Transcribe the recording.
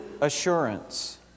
assurance